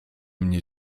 mnie